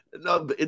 No